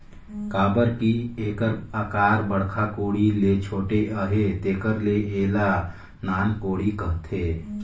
काबर कि एकर अकार बड़खा कोड़ी ले छोटे अहे तेकर ले एला नान कोड़ी कहथे